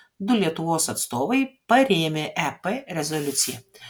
du lietuvos atstovai parėmė ep rezoliuciją